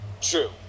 True